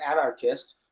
anarchist